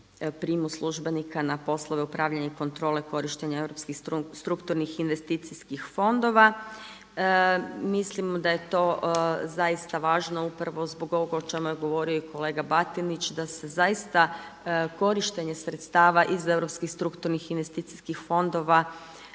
prijemu službenika na poslove upravljanja i kontrole korištenja europskih strukturnih investicijskih fondova. Mislimo da je to zaista važno upravo zbog ovog o čemu je govorio i kolega Batinić da se zaista korištenje sredstava iz europskih strukturnih investicijskih fondova